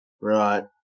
Right